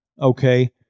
Okay